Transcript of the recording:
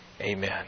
Amen